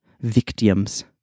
Victims